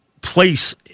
place